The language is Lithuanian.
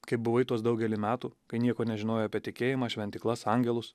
kai buvai tuos daugelį metų kai nieko nežinojai apie tikėjimą šventyklas angelus